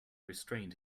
restrained